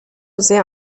sehr